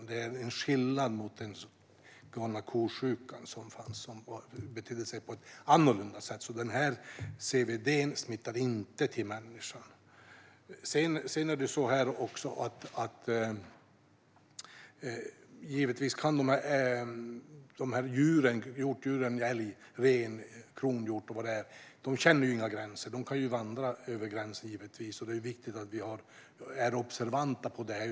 Det skiljer den från galna ko-sjukan som betedde sig på ett annorlunda sätt. CWD smittar alltså inte till människa. Dessa hjortdjur - älg, ren, kronhjort - känner givetvis inte några gränser utan kan vandra över gränserna. Det är därför viktigt att vi är observanta på detta.